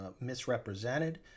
misrepresented